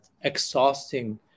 exhausting